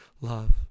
love